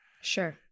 Sure